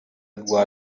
rwa